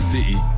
City